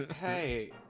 hey